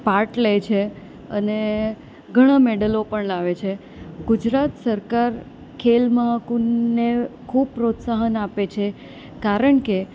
part લે છે અને ઘણાં મેડલો પણ લાવે છે ગુજરાત સરકાર ખેલ મહાકુંભને ખૂબ પ્રોત્સાહન આપે છે કારણ કે